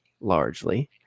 largely